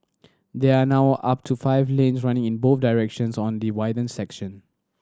there are now up to five lanes running in both directions on the widened section